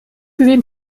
gesehen